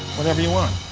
whatever you want.